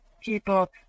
people